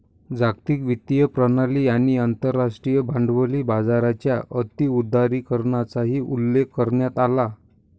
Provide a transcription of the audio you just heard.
जागतिक वित्तीय प्रणाली आणि आंतरराष्ट्रीय भांडवली बाजाराच्या अति उदारीकरणाचाही उल्लेख करण्यात आला